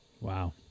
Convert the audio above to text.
Wow